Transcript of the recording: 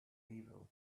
evil